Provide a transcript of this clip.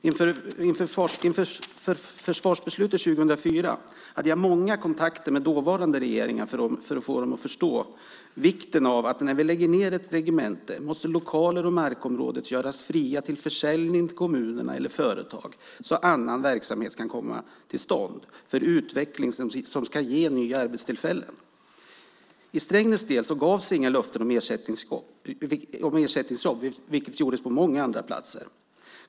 Inför försvarsbeslutet 2004 hade jag många kontakter med den dåvarande regeringen för att få dem att förstå vikten av att när vi lägger ned ett regemente måste lokaler och markområden göras fria till försäljning till kommunerna eller företag så att annan verksamhet kan komma till stånd för en utveckling som ska ge nya arbetstillfällen. För Strängnäs del gavs inga löften om ersättningsjobb, vilket gjordes på många andra platser.